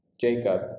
Jacob